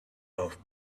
off